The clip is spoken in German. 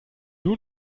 nur